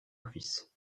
office